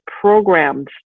programmed